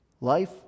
life